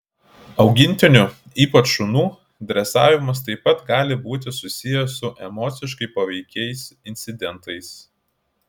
augintinių ypač šunų dresavimas taip pat gali būti susijęs su emociškai paveikiais incidentais